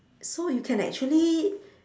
so you can actually